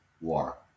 war